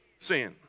sin